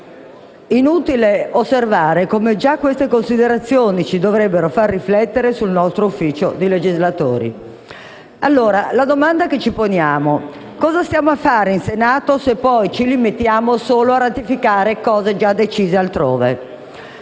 Inutile osservare come già queste considerazioni ci dovrebbero far riflettere sul nostro ufficio di legislatori. La domanda che allora ci poniamo è la seguente: cosa stiamo a fare in Senato se poi ci limitiamo a ratificare decisioni già assunte altrove?